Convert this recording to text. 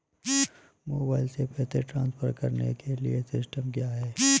Mobile से पैसे transfer करने के लिए सिस्टम क्या है?